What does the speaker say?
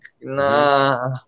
nah